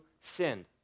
sinned